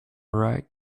right